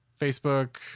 Facebook